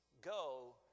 go